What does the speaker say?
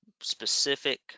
specific